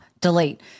delete